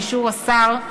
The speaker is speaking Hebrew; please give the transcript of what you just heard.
באישור השר,